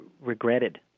regretted